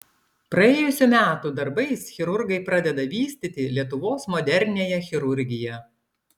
praėjusių metų darbais chirurgai pradeda vystyti lietuvos moderniąją chirurgiją